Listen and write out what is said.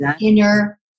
inner